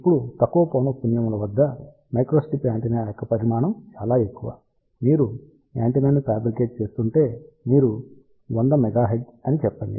ఇప్పుడు తక్కువ పౌనఃపున్యము ల వద్ద మైక్రోస్ట్రిప్ యాంటెన్నా యొక్క పరిమాణం చాలా ఎక్కువ మీరు యాంటెన్నా ని ఫ్యాబ్రికేట్ చేస్తుంటే మీరు 100 MHz అని చెప్పండి